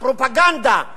בפרופגנדה